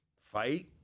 fight